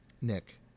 Nick